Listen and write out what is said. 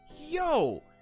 Yo